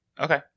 Okay